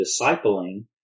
discipling